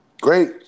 Great